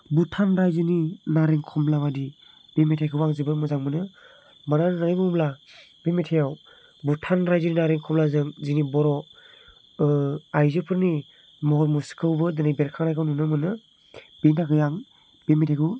भुटान रायजोनि नारें खमला बायदि बे मेथायखौ आं जोबोर मोजां मोनो मानो होननानै बुङोब्ला बे मेथायाव भुटान रायजोनि नारें खमलाजों जोंनि बर' आइजोफोरनि महर मुस्रिखौबो दिनै बेरखांनायखौ नुनो मोनो बिनि थाखाय आं बि मेथायखौ